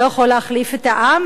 לא יכול להחליף את העם,